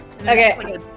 Okay